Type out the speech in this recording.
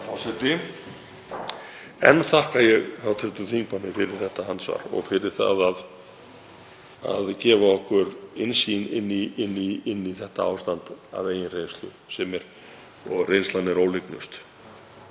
Enn þakka ég hv. þingmanni fyrir þetta andsvar og fyrir að gefa okkur innsýn í þetta ástand af eigin reynslu og reynslan er ólygnust.